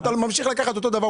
אבל אתה ממשיך לקחת אותו דבר,